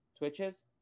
Twitches